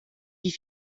wie